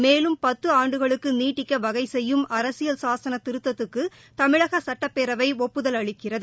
மேலும் பத்து ஆண்டுகளுக்கு நீட்டிக்க வகை செய்யும் அரசியல் சாகன திருத்தத்துக்கு தமிழக சுட்டப்பேரவை ஒப்புதல் அளிக்கிறது